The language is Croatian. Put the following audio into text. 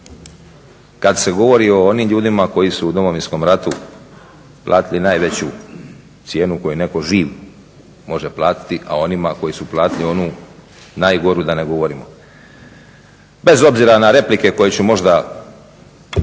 kad se govori o onim ljudima koji su u Domovinskom rata platili najveću cijenu koju neko živ može platiti, a onima koji su platili onu najgoru, da ne govorimo. Bez obzira na replike koje ću možda